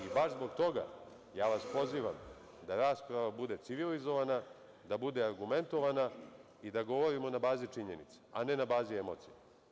I baš zbog toga, ja vas pozivam da rasprava bude civilizovana, da bude argumentovana i da govorimo na bazi činjenica, a ne na bazi emocija.